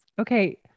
Okay